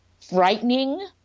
frightening